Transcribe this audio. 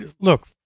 look